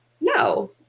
No